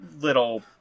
little